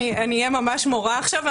אני אהיה ממש מורה עכשיו.